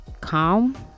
calm